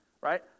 right